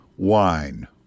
wine